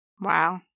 Wow